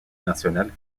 nationale